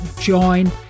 join